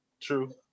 true